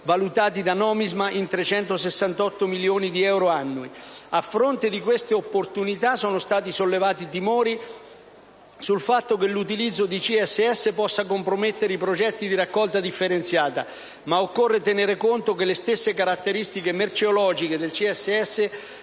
(valutati da Nomisma in 368 milioni di euro annui). A fronte di queste opportunità, sono stati sollevati timori sul fatto che l'utilizzo di CSS possa compromettere i progetti di raccolta differenziata, ma occorre tenere conto che le stesse caratteristiche merceologiche del CSS